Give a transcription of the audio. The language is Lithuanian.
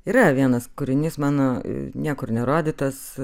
yra vienas kūrinys mano niekur nerodytas